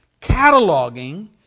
cataloging